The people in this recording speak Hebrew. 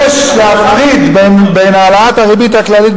שביקש להפריד בין העלאת הריבית הכללית